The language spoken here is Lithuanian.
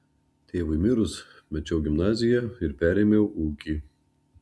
tėvui mirus mečiau gimnaziją ir perėmiau ūkį